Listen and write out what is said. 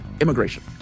immigration